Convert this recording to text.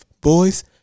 Boys